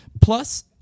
Plus